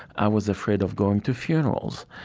i was afraid of going to funerals.